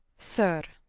sir,